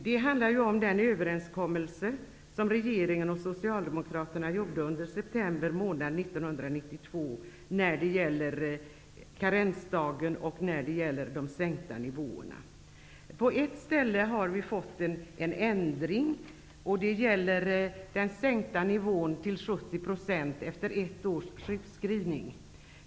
Det handlar om den överenskommelse som regeringen och Socialdemokraterna träffade under september månad 1992 när det gäller karensdagen och de sänkta nivåerna. På ett ställe har det blivit en ändring. Det gäller sänkningen av nivån till 70 % efter ett års sjukskrivning.